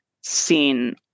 seen